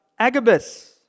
Agabus